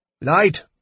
Light